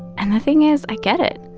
and the thing is, i get it.